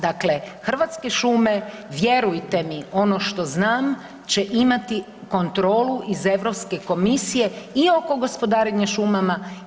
Dakle, Hrvatske šume vjerujte mi ono što znam će imati kontrolu iz Europske komisije i oko gospodarenja šumama i